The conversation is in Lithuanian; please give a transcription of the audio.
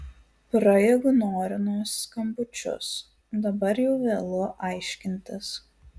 praignorino skambučius dabar jau vėlu aiškintis